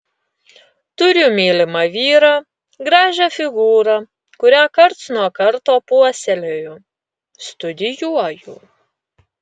turiu mylimą vyrą gražią figūrą kurią karts nuo karto puoselėju studijuoju